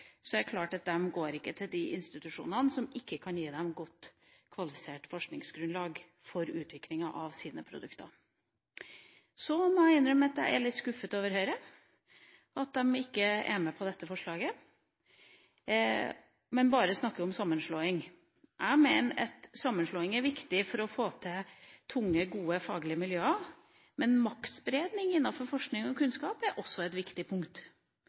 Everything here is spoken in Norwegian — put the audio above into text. det er klart at næringslivet, som er opptatt av konkurranse, går ikke til de institusjonene som ikke kan gi dem godt kvalifisert forskningsgrunnlag for utvikling av deres produkter. Så må jeg innrømme at jeg er litt skuffet over at Høyre ikke er med på dette forslaget, men bare snakker om sammenslåing. Jeg mener at sammenslåing er viktig for å få til tunge, gode faglige miljøer, men maktspredning innenfor forskning og kunnskap er også et viktig punkt.